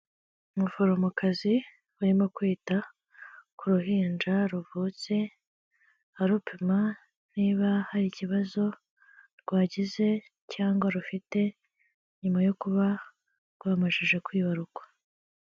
Umuforomokazi urimo kwita ku ruhinja ruvutse, arupima niba hari ikibazo rwagize cyangwa rufite, nyuma yo kuba rwamajije kwibarukwa.